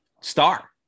star